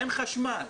אין חשמל,